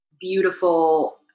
beautiful